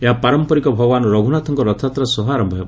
ଏହା ପାରମ୍ପରିକ ଭଗବାନ୍ ରଘୁନାଥଙ୍କ ରଥଯାତ୍ରା ସହ ଆରମ୍ଭ ହେବ